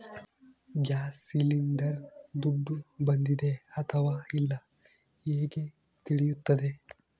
Gas cylinder ದುಡ್ಡು ಬಂದಿದೆ ಅಥವಾ ಇಲ್ಲ ಹೇಗೆ ತಿಳಿಯುತ್ತದೆ?